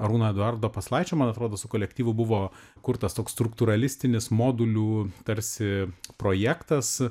arūno eduardo paslaičio man atrodo su kolektyvu buvo kurtas toks struktūralistinis modulių tarsi projektas